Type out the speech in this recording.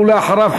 ואחריו,